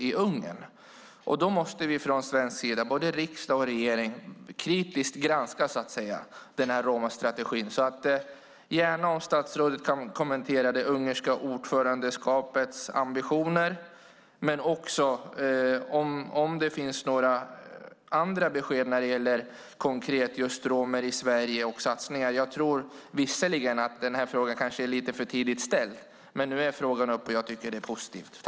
I ljuset av detta måste vi från svensk sida, från både riksdag och regering, kritiskt granska romastrategin. Kan statsrådet Ullenhag kommentera det ungerska ordförandeskapets ambitioner? Finns det vidare några andra konkreta besked vad gäller romerna i Sverige och satsningar på dem? Frågan är kanske lite för tidigt ställd, men nu är den uppe, och det är positivt.